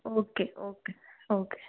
okay okay okay